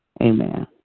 Amen